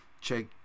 Check